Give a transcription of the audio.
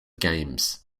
games